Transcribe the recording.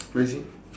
what you say